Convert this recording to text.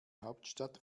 hauptstadt